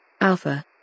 Alpha